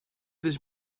this